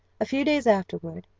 a few days afterward,